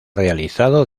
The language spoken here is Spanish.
realizado